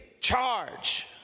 charge